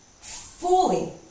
fully